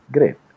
Great